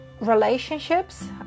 relationships